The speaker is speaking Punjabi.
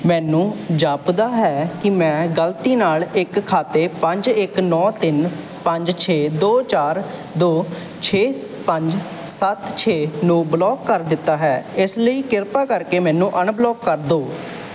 ਮੈਨੂੰ ਜਾਪਦਾ ਹੈ ਕਿ ਮੈਂ ਗਲਤੀ ਨਾਲ ਇੱਕ ਖਾਤੇ ਪੰਜ ਇੱਕ ਨੌਂ ਤਿੰਨ ਪੰਜ ਛੇ ਦੋ ਚਾਰ ਦੋ ਛੇ ਪੰਜ ਸੱਤ ਛੇ ਨੂੰ ਬਲੌਕ ਕਰ ਦਿੱਤਾ ਹੈ ਇਸ ਲਈ ਕਿਰਪਾ ਕਰਕੇ ਮੈਨੂੰ ਅਨਬਲੌਕ ਕਰ ਦੋ